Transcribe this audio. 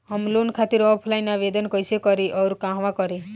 हम लोन खातिर ऑफलाइन आवेदन कइसे करि अउर कहवा करी?